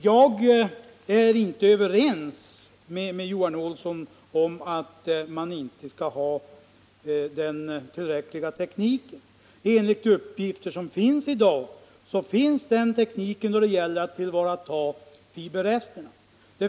Jag är inte överens med Johan Olsson om att man inte skulle ha den erforderliga tekniken. Enligt uppgifter som föreligger i dag finns tekniken då det gäller att tillvarata fiberresterna.